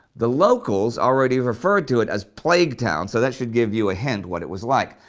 the locals already referred to it as plague-town, so that should give you a hint what it was like.